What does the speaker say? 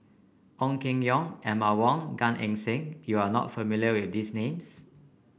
Ong Keng Yong Emma Wong Gan Eng Seng you are not familiar with these names